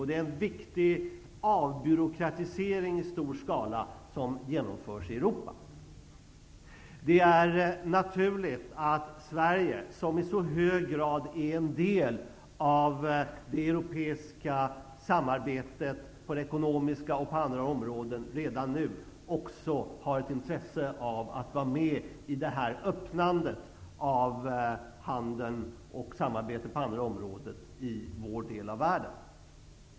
Det är en viktig avbyråkratisering i stor skala som genomförs i Europa. Det är naturligt att Sverige, som i så hög grad är en del av det europeiska samarbetet på det ekonomiska och andra områden, redan nu har intresse av att vara med i samarbetet och öppnandet av handeln i vår del av världen.